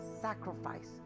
sacrifice